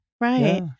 right